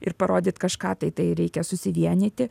ir parodyt kažką tai tai reikia susivienyti